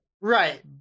Right